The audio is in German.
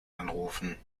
anrufen